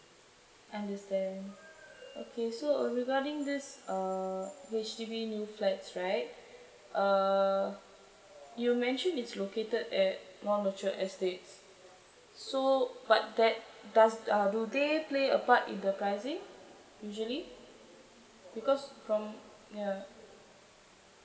understand okay so regarding this uh H_D_B new flats right uh you mention it's located at non mature estates so but that does uh do they play a part in the pricing usually because from ya